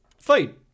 fight